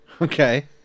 Okay